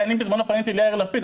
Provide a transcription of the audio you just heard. אני בזמנו פניתי ליאיר לפיד,